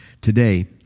Today